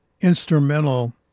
instrumental